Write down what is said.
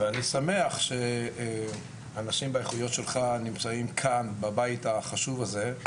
ואני שמח שאנשים באיכויות שלך נמצאים כאן בבית החשוב הזה,